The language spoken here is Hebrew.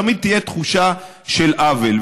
תמיד תהיה תחושה של עוול.